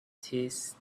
teeth